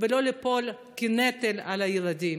ולא ליפול לנטל על הילדים,